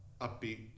upbeat